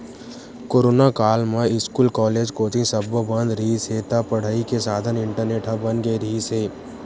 corona काल म school, college, coaching सब्बो बंद रिहिस हे त पड़ई के साधन इंटरनेट ह बन गे रिहिस हे